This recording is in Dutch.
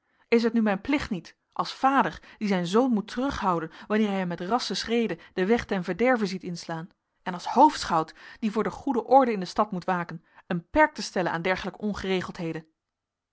is het nu mijn plicht niet als vader die zijn zoon moet terughouden wanneer hij hem met rassche schreden den weg ten verderve ziet inslaan en als hoofdschout die voor de goede orde in de stad moet waken een perk te stellen aan dergelijke ongeregeldheden